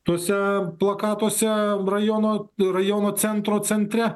tuose plakatuose rajono rajono centro centre